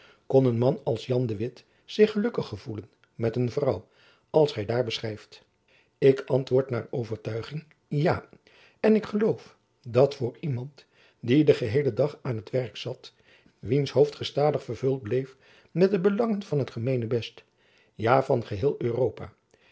kon een man als jan de witt zich gelukkig gevoelen met een vrouw als gy daar beschrijft ik antwoord naar overtuiging ja en ik geloof dat voor iemand die den geheelen dag aan t werk zat wiens hoofd gestadig vervuld bleef met de belangen van het gemeenebest ja van geheel europa